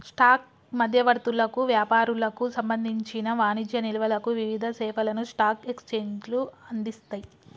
stock మధ్యవర్తులకు, వ్యాపారులకు సంబంధించిన వాణిజ్య నిల్వలకు వివిధ సేవలను స్టాక్ ఎక్స్చేంజ్లు అందిస్తయ్